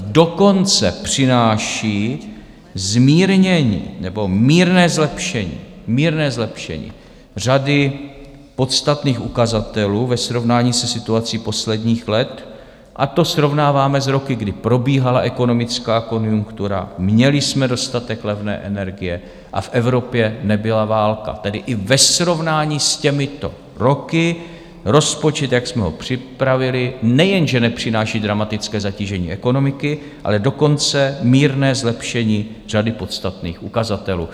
Dokonce přináší zmírnění nebo mírné zlepšení řady podstatných ukazatelů ve srovnání se situací posledních let, ať to srovnáváme s roky, kdy probíhala ekonomická konjunktura, měli jsme dostatek levné energie a v Evropě nebyla válka, tedy i ve srovnání s těmito roky rozpočet, jak jsme ho připravili, nejenže nepřináší dramatické zatížení ekonomiky, ale dokonce mírné zlepšení řady podstatných ukazatelů.